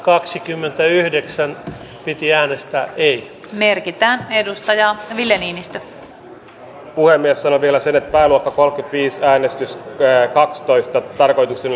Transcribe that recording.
eduskunta edellyttää että hallitus asettaa tavoitteeksi yhtenäisen yhteisöveropohjan luomisen euroopan unionin alueelle jotta voidaan ehkäistä jäsenmaiden haitallista verokilpailua